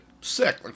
sick